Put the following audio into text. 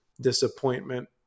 disappointment